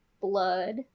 blood